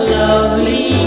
lovely